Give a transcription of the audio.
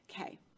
Okay